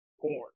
porn